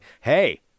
hey